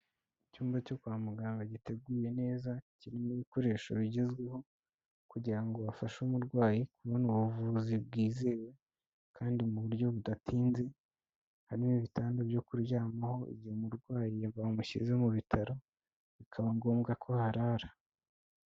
Icyumba cyo kwa muganga giteguye neza, kirimo ibikoresho bigezweho, kugira ngo bafashe umurwayi kubona ubuvuzi bwizewe, kandi mu buryo budatinze, harimo ibitanda byo kuryamaho, igihe umurwayi bamushyize mu bitaro, bikaba ngombwa ko aharara.